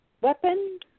weapon